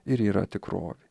ir yra tikrovė